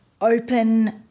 open